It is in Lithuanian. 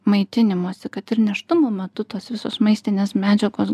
maitinimosi kad ir nėštumo metu tos visos maistinės medžiagos